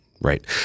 right